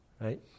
right